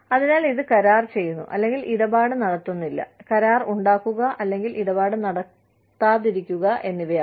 അതിനാൽ ഇത് കരാർ ചെയ്യുന്നു അല്ലെങ്കിൽ ഇടപാട് നടത്തുന്നില്ല കരാർ ഉണ്ടാക്കുക അല്ലെങ്കിൽ ഇടപാട് നടത്താതിരിക്കുക എന്നിവയാണ്